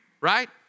Right